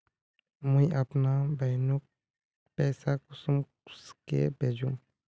मुई अपना बहिनोक पैसा कुंसम के भेजुम?